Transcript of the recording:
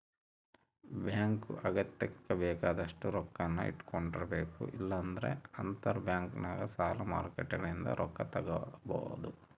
bank ಅಗತ್ಯಕ್ಕ ಬೇಕಾದಷ್ಟು ರೊಕ್ಕನ್ನ ಇಟ್ಟಕೊಂಡಿರಬೇಕು, ಇಲ್ಲಂದ್ರ ಅಂತರಬ್ಯಾಂಕ್ನಗ ಸಾಲ ಮಾರುಕಟ್ಟೆಲಿಂದ ರೊಕ್ಕ ತಗಬೊದು